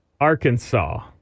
Arkansas